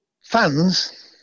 fans